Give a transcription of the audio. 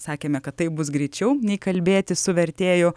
sakėme kad taip bus greičiau nei kalbėtis su vertėju